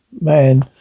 man